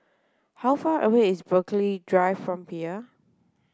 how far away is Burghley Drive from here